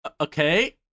okay